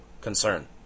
concern